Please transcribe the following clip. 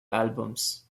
albums